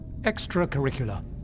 extracurricular